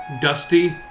dusty